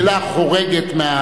השאלה חורגת,